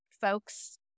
folks